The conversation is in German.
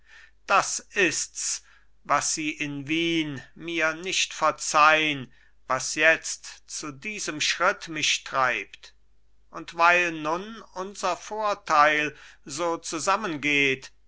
das ists was sie in wien mir nicht verzeihn was jetzt zu diesem schritt mich treibt und weil nun unser vorteil so zusammengeht